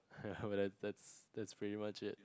that that's that's pretty much it